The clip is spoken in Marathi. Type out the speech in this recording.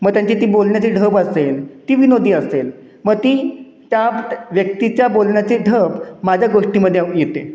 मग त्यांची ती बोलण्याची ढब असेल ती विनोदी असेल मग ती त्या व्यक्तीच्या बोलण्याची ढब माझ्या गोष्टीमध्ये येते